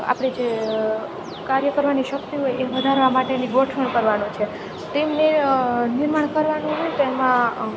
આપણે જે કાર્ય કરવાની શક્તિ હોય એ વધારવા માટેની ગોઠવણ કરવાનું છે ટીમની નિર્માણ કરવાનું હોય તેમાં